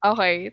Okay